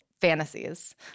fantasies